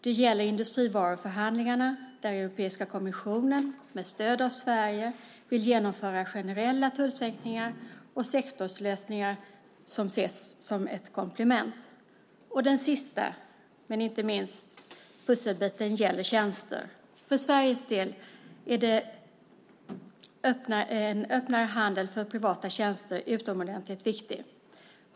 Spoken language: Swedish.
Det gäller industrivaruförhandlingarna där Europeiska kommissionen med stöd av Sverige vill genomföra generella tullsänkningar och sektorslösningar som ses som ett komplement. Den sista men inte minsta pusselbiten handlar om tjänster. För Sveriges del är en öppnare handel för privata tjänster utomordentligt viktig.